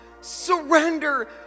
surrender